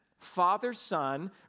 father-son